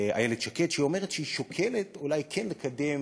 איילת שקד, והיא אומרת שהיא שוקלת אולי כן לקדם